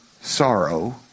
sorrow